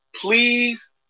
please